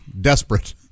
Desperate